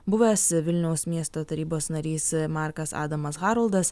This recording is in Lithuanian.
buvęs vilniaus miesto tarybos narys markas adamas haroldas